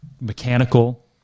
mechanical